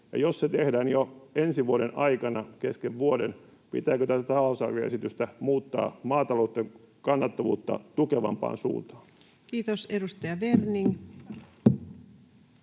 jos se tehdään jo ensi vuoden aikana kesken vuoden, niin pitääkö tätä talousarvioesitystä muuttaa maatalouden kannattavuutta tukevampaan suuntaan? Kiitos. — Edustaja Werning.